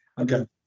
okay